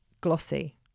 glossy